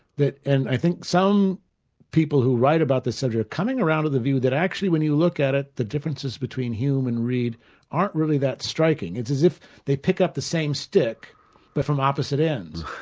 that and i think some people who write about this are coming around to the view that actually when you look at it, the differences between hume and reid aren't really that striking. it's as if they pick up the same stick but from opposite ends.